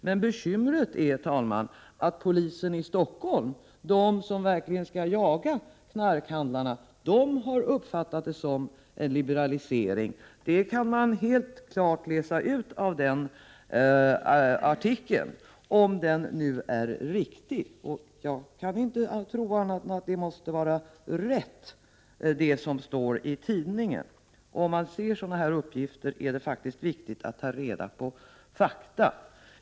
Men bekymret är, herr talman, att polisen i Stockholm, som verkligen skall jaga knarkhandlarna, har uppfattat det som en liberalisering. Det kan man helt klart läsa ut i artikeln, om nu uppgiften är riktig. Jag kan inte tro annat än att det som står i tidningen är rätt. Om man ser sådana här uppgifter är det faktiskt viktigt att ta reda på fakta.